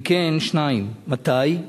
2. אם כן, מתי?